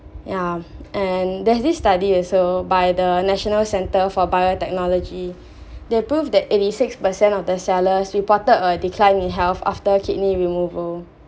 yeah and there's this study also by the national center for biotechnology they proved that eighty six percent of the sellers reported a declined health after kidney removal